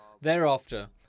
Thereafter